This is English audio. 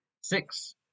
Six